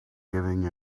giving